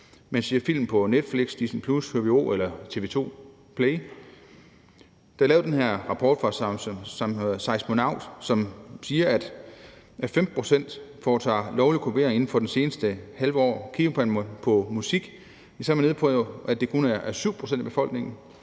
og ser film på Netflix, Disney+ eller TV 2 PLAY. Der er lavet en rapport af Seismonaut, som siger, at 5 pct. har foretaget lovlig kopiering inden for det sidste halve år. Hvis det er musik, er man nede på, at det kun er 7 pct. af befolkningen,